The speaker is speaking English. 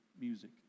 music